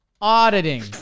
auditing